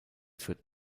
führt